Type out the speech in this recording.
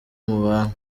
mubana